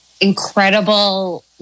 incredible